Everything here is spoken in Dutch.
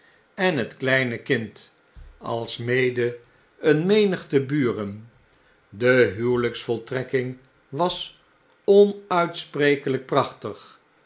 en het kleine kind alsmede een menigte buren de huwelyksvoltrekking was onuitsprekelijk prachtig